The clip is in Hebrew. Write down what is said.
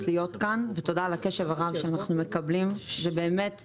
להיות כאן ותודה על הקשב הרב שאנחנו מקבלים ובאמת,